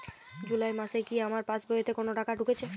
জুলাই মাসে কি আমার পাসবইতে কোনো টাকা ঢুকেছে?